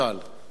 תודה.